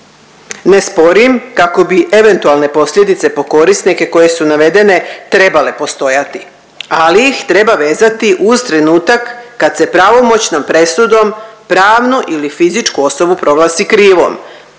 Ne sporim kako bi eventualne posljedice po korisnike koje su navedene trebale postojati, ali ih treba vezati uz trenutak kad se pravomoćnom presudom pravnu ili fizičku osobu proglasi krivom